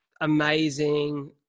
amazing